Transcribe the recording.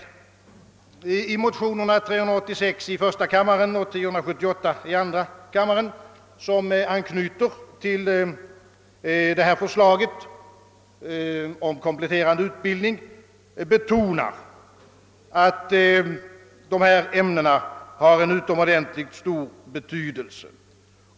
I de likalydande motionerna I:836 och 11:1078, som anknyter till detta förslag om kompletterande utbildning, betonas att dessa ämnen har en utomordentligt stor betydelse.